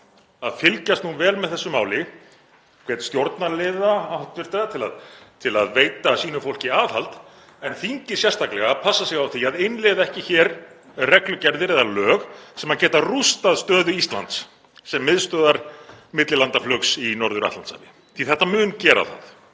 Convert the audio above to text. að fylgjast nú vel með þessu máli, hvet hv. stjórnarliða til að veita sínu fólki aðhald en þingið sérstaklega til að passa sig á því að innleiða ekki hér reglugerðir eða lög sem geta rústað stöðu Íslands sem miðstöðvar millilandaflugs í Norður-Atlantshafi, því að þetta mun gera það